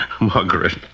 Margaret